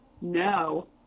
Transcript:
no